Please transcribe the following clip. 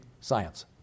science